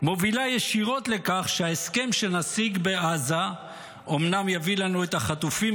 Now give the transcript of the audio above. מובילה ישירות לכך שההסכם שנשיג בעזה אומנם יביא לנו את החטופים,